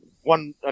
one